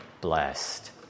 blessed